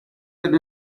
and